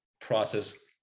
process